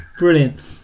brilliant